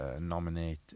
nominate